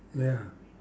ya